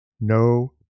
No